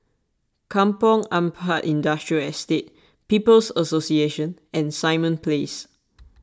Kampong Ampat Industrial Estate People's Association and Simon Place